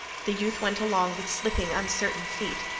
the youth went along with slipping uncertain feet.